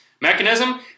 mechanism